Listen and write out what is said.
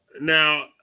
Now